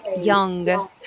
young